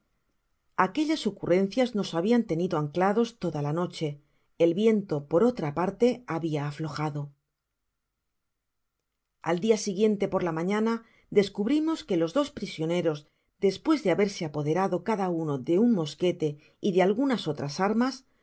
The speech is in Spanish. aquellas ocurrencias nos habían tenido anclados toda la noche el viento por otra parte habia aflojado al siguiente dia por la maíiana descubrimos que los dos prisioneros despues de haberse apoderado cada uno de un mosquete y de algunas o'ras armas